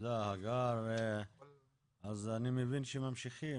אחרי שהם משקפים,